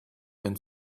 and